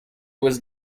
was